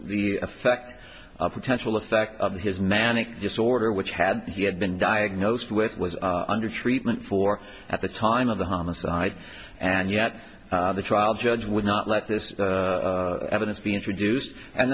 the effect of potential effect his manic disorder which had he had been diagnosed with was under treatment for at the time of the homicide and yet the trial judge would not let this evidence be introduced and